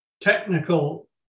technical